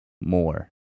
more